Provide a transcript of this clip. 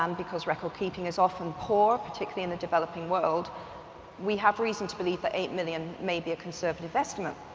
um because record-keeping is often poor, particularly in the developing world we have reason to believe that eight million may be a conservative estimate.